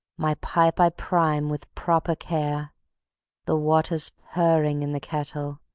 my pipe i prime with proper care the water's purring in the kettle,